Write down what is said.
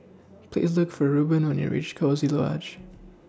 Please Look For Reubin when YOU REACH Coziee Lodge